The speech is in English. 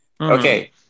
Okay